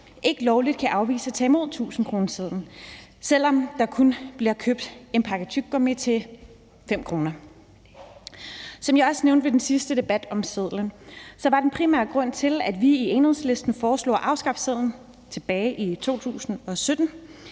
ikke lovligt kan afvise at tage imod tusindkronesedlen, selv om der kun bliver købt en pakke tyggegummi til 5 kr. Som jeg også nævnte ved den sidste debat om sedlen, var den primære grund til, at vi i Enhedslisten foreslog at afskaffe sedlen tilbage i 2017,